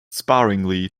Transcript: sparingly